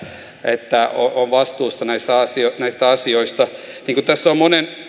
että on vastuussa näistä asioista näistä asioista niin kuin tässä on monen